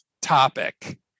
topic